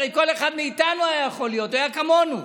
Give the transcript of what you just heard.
הרי כל אחד מאיתנו היה יכול להיות, הוא היה כמונו,